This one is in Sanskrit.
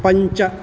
पञ्च